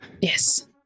Yes